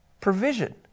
provision